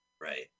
Right